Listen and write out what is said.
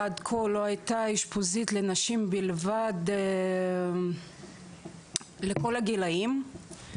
עד כה לא הייתה אשפוזית לנשים בלבד לכל הגילאים,